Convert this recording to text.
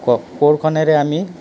কোৰখনেৰে আমি